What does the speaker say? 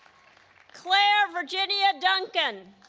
claire virginia duncan